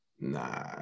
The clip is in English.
nah